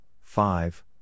five